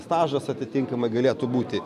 stažas atitinkamai galėtų būti